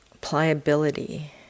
pliability